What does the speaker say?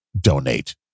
Donate